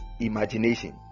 imagination